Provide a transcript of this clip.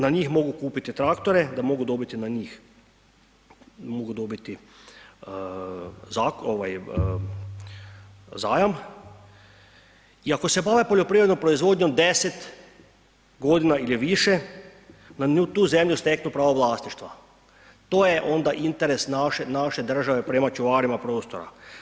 Na njih mogu kupiti traktore da mogu dobiti na njih, mogu dobiti zajam i ako se bave poljoprivrednom proizvodnjom 10.g. ili više, na nju, tu zemlju steknu pravo vlasništva, to je onda interes naše, naše države prema čuvarima prostora.